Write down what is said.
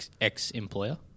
ex-employer